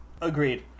agreed